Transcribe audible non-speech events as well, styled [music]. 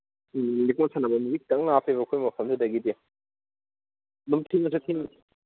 ꯎꯝ ꯂꯤꯀꯣꯟ ꯁꯥꯟꯅꯕꯝꯁꯤ ꯈꯤꯇꯪ ꯂꯥꯞꯄꯦꯕ ꯑꯩꯈꯣꯏ ꯃꯐꯝꯗꯨꯗꯒꯤꯗꯤ [unintelligible]